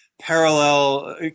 parallel